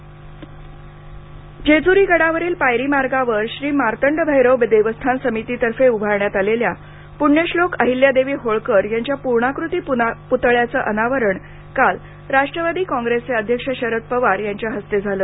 जेजरी अहिल्यादेवी पतळा जेजूरी गडावरील पायरी मार्गावर श्री मार्तंड भैरव देवस्थान समितीतर्फे उभारण्यात आलेल्या पृण्यश्रोक अहिल्यादेवी होळकर यांच्या पूर्णाकृती पूतळ्याचं अनावरण काल राष्ट्रवादी कॉंप्रेसचे अध्यक्ष शरद पवार यांच्या हस्ते झालं